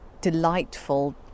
delightful